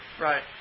Right